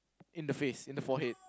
in the face in the forehead